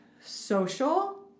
social